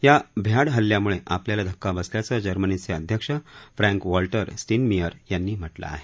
या भ्याड हल्ल्याम्ळे आपल्याला धक्का बसल्याचं जर्मनीचे अध्यक्ष फ्रँक वॉल्टर स्टीनमियर यांनी म्हटलं आहे